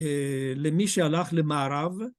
‫למי שהלך למערב.